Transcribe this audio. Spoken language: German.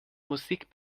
musik